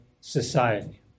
society